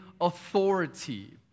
authority